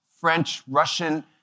French-Russian